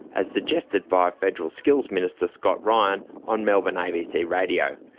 as suggested by federal skills minister scott ryan on melbourne abc radio.